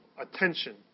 attention